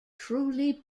truly